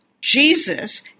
Jesus